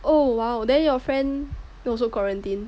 oh !wow! then your friend also quarantine